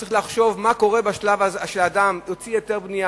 צריך לחשוב מה קורה בשלב שאדם הוציא היתר בנייה,